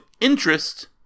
interest